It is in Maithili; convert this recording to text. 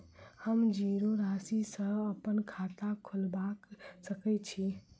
हम जीरो राशि सँ अप्पन खाता खोलबा सकै छी?